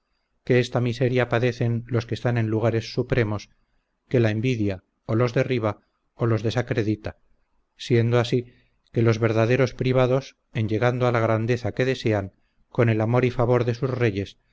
que esta miseria padecen los que están en lugares supremos que la envidia o los derriba o los desacredita siendo así que los verdaderos privados en llegando a la grandeza que desean con el amor y favor de sus reyes